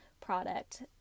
product